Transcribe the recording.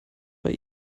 weil